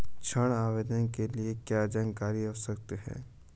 ऋण आवेदन के लिए क्या जानकारी आवश्यक है?